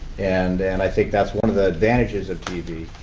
and and i think that's one of the advantages of tv.